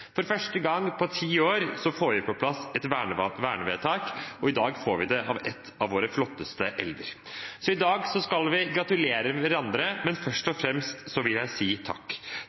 For første gang på ti år får vi på plass et vernevedtak, og i dag får vi det for en av våre flotteste elver. Så i dag skal vi gratulere hverandre. Men først og fremst vil jeg si takk